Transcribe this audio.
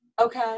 okay